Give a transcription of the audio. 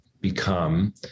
become